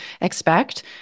expect